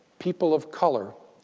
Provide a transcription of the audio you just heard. people of color,